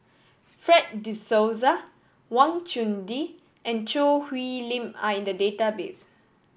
Fred De Souza Wang Chunde and Choo Hwee Lim are in the database